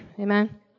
Amen